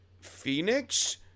Phoenix